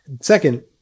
second